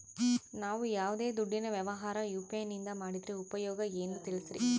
ನಾವು ಯಾವ್ದೇ ದುಡ್ಡಿನ ವ್ಯವಹಾರ ಯು.ಪಿ.ಐ ನಿಂದ ಮಾಡಿದ್ರೆ ಉಪಯೋಗ ಏನು ತಿಳಿಸ್ರಿ?